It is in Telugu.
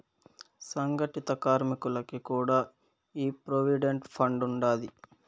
సంగటిత కార్మికులకి కూడా ఈ ప్రోవిడెంట్ ఫండ్ ఉండాది